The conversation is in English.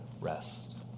rest